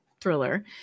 thriller